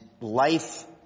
life